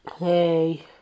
Hey